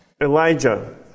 elijah